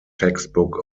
textbook